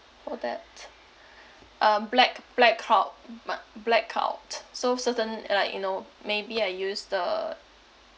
for that uh black blackout ma~ blackout so certain like you know maybe I use the